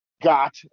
got